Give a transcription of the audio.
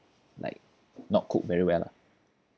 like not cooked very well lah